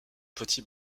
petit